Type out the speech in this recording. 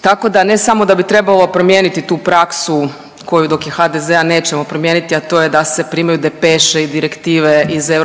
Tako da ne samo da bi trebalo promijeniti tu praksu koju dok je HDZ-a nećemo promijeniti, a to je da se primaju depeše i direktive iz EU,